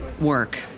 work